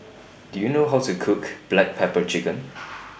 Do YOU know How to Cook Black Pepper Chicken